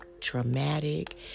traumatic